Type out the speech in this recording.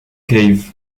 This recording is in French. cave